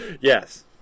Yes